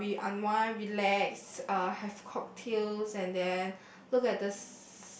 uh we unwind relax uh have cocktails and then look at the